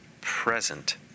present